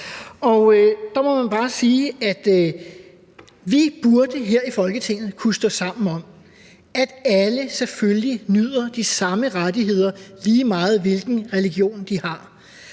at vi her i Folketinget burde kunne stå sammen om, at alle selvfølgelig nyder de samme rettigheder, lige meget hvilken religion de har.